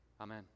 Amen